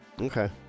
Okay